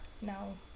no